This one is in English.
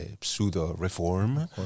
pseudo-reform